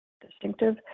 distinctive